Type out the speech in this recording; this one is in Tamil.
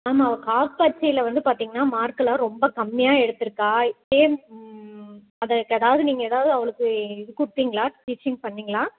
ஆமாம் அவ கால் பரீட்சையில் வந்து பார்த்திங்கன்னா மார்க்கு எல்லாம் ரொம்ப கம்மியாக எடுத்து இருக்கா ம் அதுக்கு எதாவது நீங்கள் எதாவது அவளுக்கு இது கொடுத்தீங்களா டீச்சிங் பண்ணிங்களா